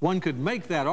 one could make that